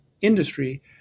industry